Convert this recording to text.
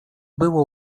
było